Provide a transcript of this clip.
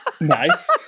nice